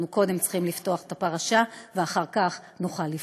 אנחנו קודם צריכים לפתוח את הפרשה ואחר כך נוכל לפעול.